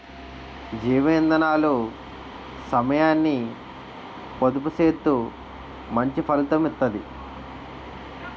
జీవ ఇందనాలు సమయాన్ని పొదుపు సేత్తూ మంచి ఫలితం ఇత్తది